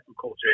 culture